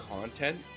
content